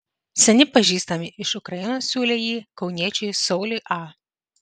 seni pažįstami iš ukrainos siūlė jį kauniečiui sauliui a